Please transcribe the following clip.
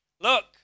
Look